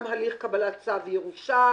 גם הליך קבלת צו ירושה,